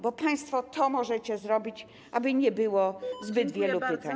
Bo państwo to możecie zrobić, aby nie było zbyt wielu pytań.